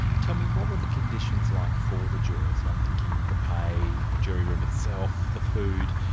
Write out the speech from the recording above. tell me, what were the conditions like for the jurors, and i'm thinking the pay, the jury room itself, the food,